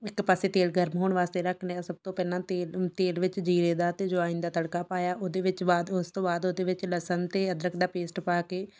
ਇੱਕ ਪਾਸੇ ਤੇਲ ਗਰਮ ਹੋਣ ਵਾਸਤੇ ਰੱਖ ਲਿਆ ਸਭ ਤੋਂ ਪਹਿਲਾਂ ਤੇਲ ਤੇਲ ਵਿੱਚ ਜੀਰੇ ਦਾ ਅਤੇ ਅਜਵਾਇਣ ਦਾ ਤੜਕਾ ਪਾਇਆ ਉਹਦੇ ਵਿੱਚ ਬਾਅਦ ਉਸ ਤੋਂ ਬਾਅਦ ਉਹਦੇ ਵਿੱਚ ਲਸਨ ਅਤੇ ਅਦਰਕ ਦਾ ਪੇਸਟ ਪਾ ਕੇ